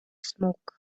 smoke